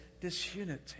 disunity